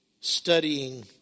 studying